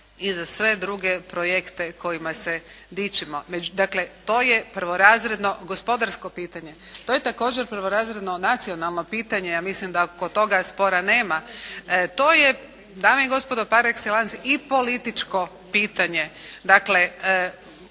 i za sve druge projekte kojima se dičimo. Dakle to je prvorazredno gospodarsko pitanje. To je također prvorazredno nacionalno pitanje. Ja mislim da kod toga spora nema. To je dame i gospodo par ekselans i političko pitanje.